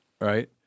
right